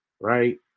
Right